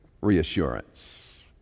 reassurance